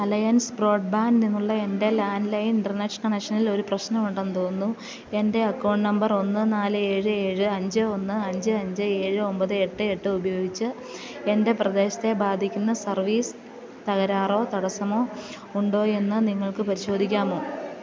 alliance broadband നിന്നുള്ള എൻ്റെ landline internet കണക്ഷനിൽ ഒരു പ്രശ്നമുണ്ടെന്ന് തോന്നുന്നു എൻ്റെ അക്കൗണ്ട് നമ്പർ ഒന്ന് നാല് ഏഴ് ഏഴ് അഞ്ച് ഒന്ന് അഞ്ച് അഞ്ച് ഏഴ് ഒമ്പത് എട്ട് എട്ടുപയോഗിച്ചു എൻ്റെ പ്രദേശത്തെ ബാധിക്കുന്ന സർവീസ് തകരാറോ തടസ്സമോ ഉണ്ടോ എന്ന് നിങ്ങൾക്ക് പരിശോധിക്കാമോ